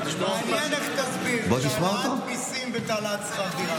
מעניין איך תסביר את העלאת המיסים ואת העלאת שכר הדירה.